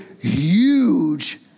huge